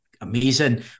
amazing